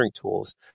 tools